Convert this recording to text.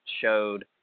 showed –